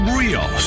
real